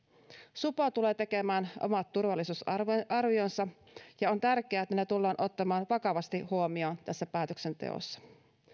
supo tulee tekemään omat turvallisuusarvionsa ja on tärkeää että ne tullaan ottamaan vakavasti huomioon tässä päätöksenteossa